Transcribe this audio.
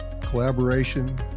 Collaboration